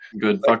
Good